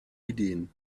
ideen